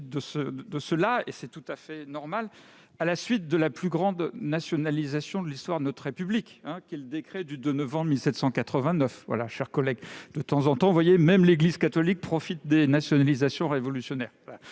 ce qui est tout à fait normal, à la suite de la plus grande nationalisation de l'histoire de notre République, celle qui résulte du décret du 2 novembre 1789 ! Voyez-vous, mes chers collègues, de temps en temps, même l'Église catholique profite des nationalisations révolutionnaires